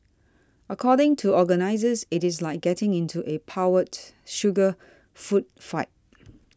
according to organizes it is like getting into a powdered sugar food fight